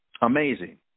Amazing